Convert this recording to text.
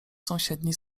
sąsiedni